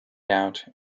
out